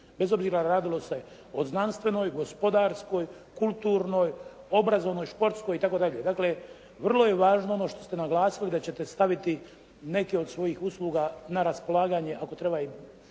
bez obzira radilo se o znanstvenoj, gospodarskoj, kulturnoj, obrazovnoj, športskoj itd. Dakle, vrlo je važno ono što ste naglasili da ćete staviti neke od svojih usluga na raspolaganje ako treba i